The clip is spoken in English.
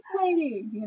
lady